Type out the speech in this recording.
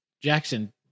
Jackson